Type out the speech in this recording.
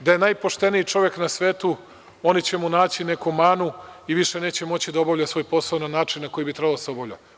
Da je najpošteniji čovek na svetu, oni će mu naći neku manu i više neće moći da obavlja svoj posao na način na koji bi trebalo da se obavlja.